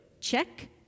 check